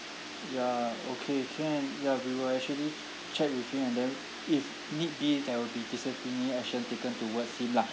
ya okay can ya we will actually check with him and then if need be there will be disciplinary action taken towards him lah